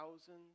thousands